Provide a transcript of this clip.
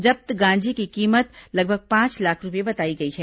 जब्त गांजे की कीमत लगभग पांच लाख रूपये बताई गई है